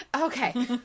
okay